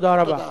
תודה רבה.